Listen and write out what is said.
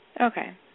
Okay